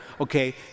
okay